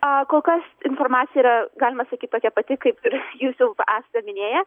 a kol kas informacija yra galima sakyt tokia pati kaip ir jūs jau esate minėję